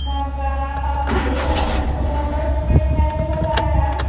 नाका पाव किलो घाल मातसो मोठोच पडटा तसो घाल आं